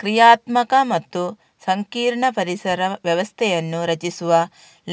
ಕ್ರಿಯಾತ್ಮಕ ಮತ್ತು ಸಂಕೀರ್ಣ ಪರಿಸರ ವ್ಯವಸ್ಥೆಯನ್ನು ರಚಿಸುವ